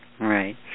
right